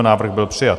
Návrh byl přijat.